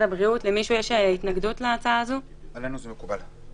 עלינו זה מקובל.